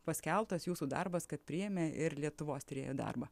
paskelbtas jūsų darbas kad priėmė ir lietuvos tyrėjų darbą